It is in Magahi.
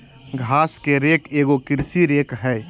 घास के रेक एगो कृषि रेक हइ